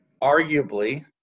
arguably